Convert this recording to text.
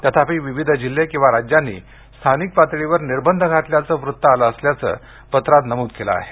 तथापि विविध जिल्हे किंवा राज्यांनी स्थानिक पातळीवर निर्बंध घातल्याचे वृत्त आले असल्याचं पत्रात नमूद केलं आहे